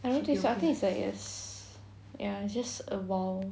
I don't think so I think it's like ya it's just a while